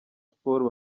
sports